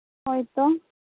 ᱦᱳᱭᱛᱳ